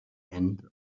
end